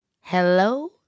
hello